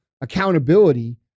accountability